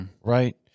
right